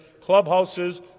clubhouses